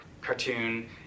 cartoon